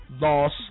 loss